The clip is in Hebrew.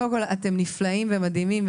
קודם כל אתם נפלאים ומדהימים,